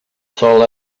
sòl